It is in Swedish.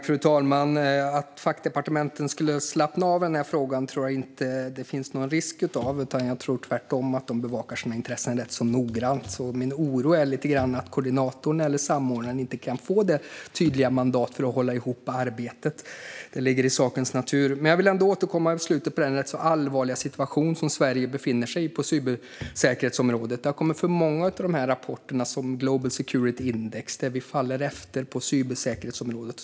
Fru talman! Att fackdepartementen skulle slappna av i denna fråga tror jag inte att det finns någon risk för. Jag tror tvärtom att de bevakar sina intressen rätt noggrant. Min oro är därför att koordinatorn eller samordnaren inte kan få det tydliga mandat som behövs för att hålla ihop arbetet. Det ligger i sakens natur. Jag vill återkomma till den rätt allvarliga situation som Sverige befinner sig i på cybersäkerhetsområdet. Det har kommit för många sådana rapporter som Global Security Index som visar att vi hamnar efter på cybersäkerhetsområdet.